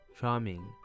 charming